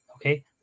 Okay